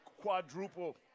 quadruple